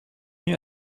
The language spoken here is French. venu